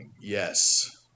Yes